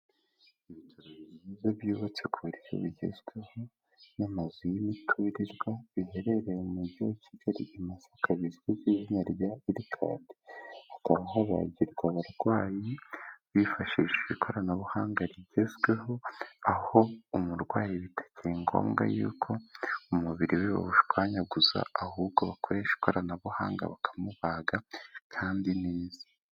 Ni ibitaro byubatse ku buryo bugezweho, n'amazu y'imiturirwa, biherereye mu mujyi wa kigali imasaka, rizwi ku izina rya IRCADE, habagirwa abarwayi bifashishije ikoranabuhanga rigezweho, aho umurwayi bitakiri ngombwa yuko umubiri we ushwanyaguzwa, ahubwo bakoresha ikoranabuhanga bakamubaga kandi neza.